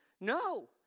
No